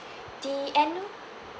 the annual